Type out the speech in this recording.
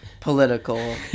political